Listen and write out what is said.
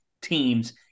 teams